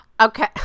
okay